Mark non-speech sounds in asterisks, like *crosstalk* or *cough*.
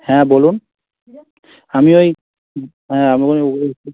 হ্যাঁ বলুন আমি ওই হ্যাঁ আমি ওই *unintelligible*